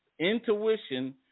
Intuition